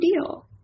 deal